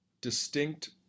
distinct